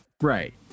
right